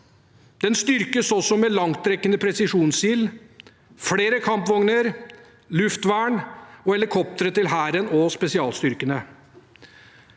Den styrkes også med langtrekkende presisjonsild, flere kampvogner, luftvern og helikoptre til Hæren og spesialstyrkene.